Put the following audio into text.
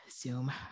Zoom